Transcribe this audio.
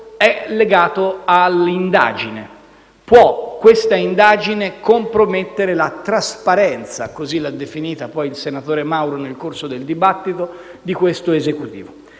è legato all'indagine. Può questa indagine compromettere la trasparenza - così l'ha definita poi il senatore Mario Mauro nel corso del dibattito - di questo Esecutivo?